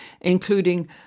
including